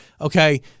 Okay